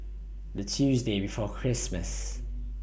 The Tuesday before Christmas